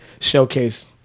showcase